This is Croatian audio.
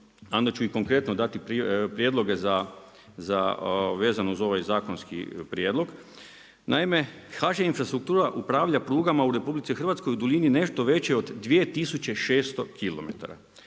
onda ću i konkretno dati prijedloge vezano uz ovaj zakonski prijedlog. Naime, HŽ Infrastruktura upravlja prugama u RH u duljini nešto većoj od 2600 km.